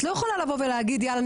את לא יכולה לבוא ולהגיד יאללה,